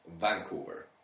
Vancouver